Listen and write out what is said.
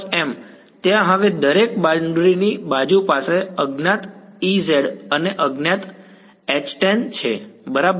mm ત્યાં હવે દરેક બાઉન્ડ્રી ની બાજુ પાસે અજ્ઞાત Ez અને અજ્ઞાત છે બરાબર